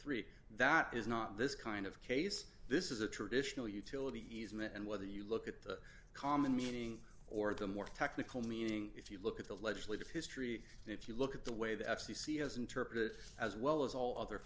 dollars that is not this kind of case this is a traditional utility easement and whether you look at the common meaning or the more technical meaning if you look at the legislative history and if you look at the way the f c c has interpreted it as well as all other